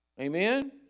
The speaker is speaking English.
Amen